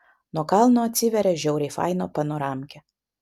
nuo kalno atsiveria žiauriai faina panoramkė